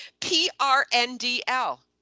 P-R-N-D-L